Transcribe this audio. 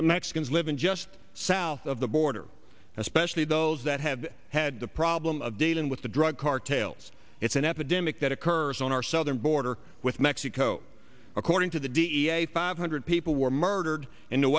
the mexicans living just south of the border especially those that have had the problem of dealing with the drug cartels it's an epidemic that occurs on our southern border with mexico according to the da five hundred people were murdered